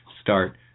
start